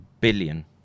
billion